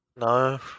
No